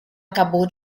acabou